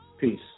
Peace